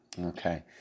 Okay